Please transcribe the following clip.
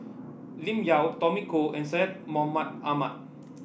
Lim Yau Tommy Koh and Syed Mohamed Ahmed